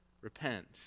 Repent